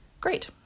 Great